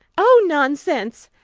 oh, nonsense,